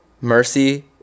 mercy